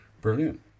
Brilliant